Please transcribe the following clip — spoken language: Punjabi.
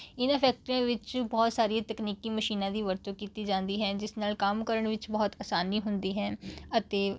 ਇਹਨਾਂ ਫੈਕਟਰੀਆਂ ਵਿੱਚ ਬਹੁਤ ਸਾਰੀਆਂ ਤਕਨੀਕੀ ਮਸ਼ੀਨਾਂ ਦੀ ਵਰਤੋਂ ਕੀਤੀ ਜਾਂਦੀ ਹੈ ਜਿਸ ਨਾਲ ਕੰਮ ਕਰਨ ਵਿੱਚ ਬਹੁਤ ਅਸਾਨੀ ਹੁੰਦੀ ਹੈ ਅਤੇ